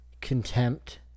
contempt